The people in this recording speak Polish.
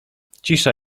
cisza